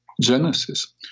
genesis